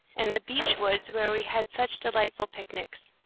and the beech-woods where we had such delightful picnics.